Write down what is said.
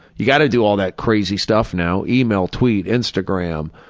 you gotta do all that crazy stuff now email, tweet, instagram,